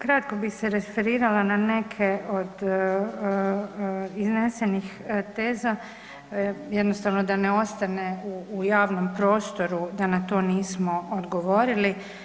Kratko bi se referirala na neke od iznesenih teza, jednostavno da ne ostane u javnom prostoru, da na to nismo odgovorili.